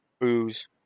booze